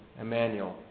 Emmanuel